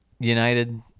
United